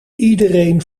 iedereen